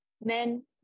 men